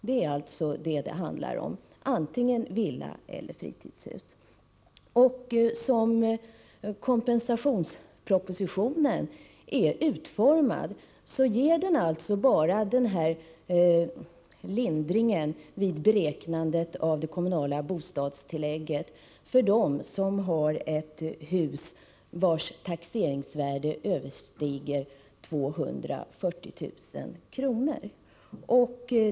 Det är vad det handlar om, antingen villa eller fritidshus. Som kompensationspropositionen är utformad ger den bara den nämnda lindringen vid beräknandet av det kommunala bostadstillägget för dem som har ett hus vars taxeringsvärde överstiger 240 000 kr.